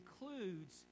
includes